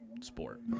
sport